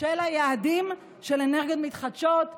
של היעדים של אנרגיות מתחדשות,